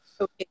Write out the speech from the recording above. okay